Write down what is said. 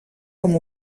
com